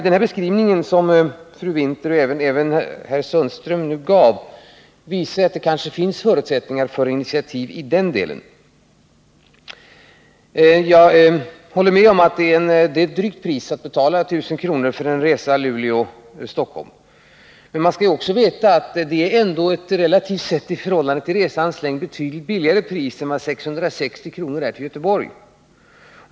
— Den beskrivning som fru Winther och även herr Sundström gav visar att det kanske finns förutsättningar för initiativ i den delen. Jag håller med om att 1000 kr. är ett drygt pris att betala för en resa Luleå-Stockholm. Men man skall också veta att det är ett relativt sett betydligt lägre pris — i förhållande till resans längd — än 660 kr. för en resa till Göteborg.